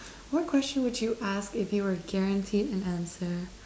what question would you ask if you're guaranteed an answer